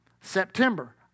September